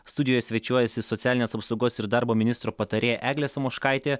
studijoje svečiuojasi socialinės apsaugos ir darbo ministro patarėja eglė samoškaitė